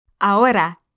Ahora